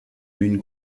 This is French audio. l’une